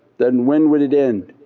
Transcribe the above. then when would it end?